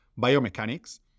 biomechanics